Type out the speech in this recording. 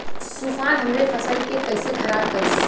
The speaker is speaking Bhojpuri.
तूफान हमरे फसल के कइसे खराब करी?